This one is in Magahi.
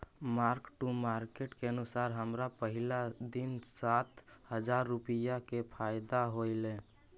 मार्क टू मार्केट के अनुसार हमरा पहिला दिन सात हजार रुपईया के फयदा होयलई